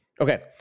Okay